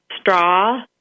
straw